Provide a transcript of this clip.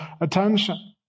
attention